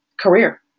career